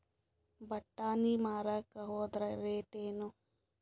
ಬಟಾನಿ ಮಾರಾಕ್ ಹೋದರ ರೇಟೇನು?